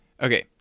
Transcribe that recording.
Okay